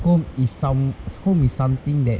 home is some home is something that